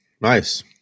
nice